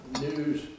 news